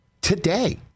today